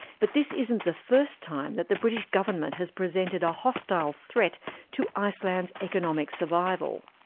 but this isn't the first time that the british government has presented a hostile threat to iceland's economic survival.